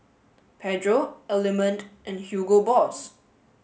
Pedro Element and Hugo Boss